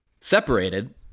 separated